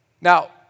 Now